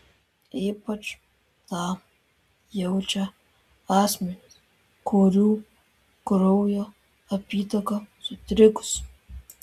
ypač tą jaučia asmenys kurių kraujo apytaka sutrikusi